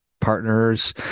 partners